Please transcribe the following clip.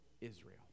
Israel